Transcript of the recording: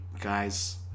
guys